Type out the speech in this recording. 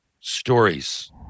stories